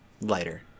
lighter